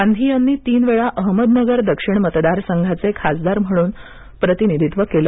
गांधी यांनी तीन वेळा अहमदनगर दक्षिण मतदारसंघाचे खासदार म्हणून प्रतिनिधित्व केलं